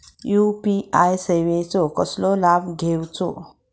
UPI सेवाचो कसो लाभ घेवचो?